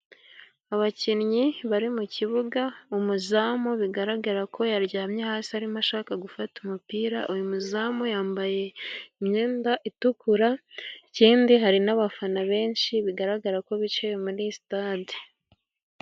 Abakinnyi bari mu kibuga, umuzamu bigaragara ko yaryamye hasi arimo ashaka gufata umupira. Uyu muzamu yambaye imyenda itukura, ikindi hari n'abafana benshi bigaragara ko bicaye muri sitade.